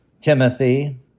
Timothy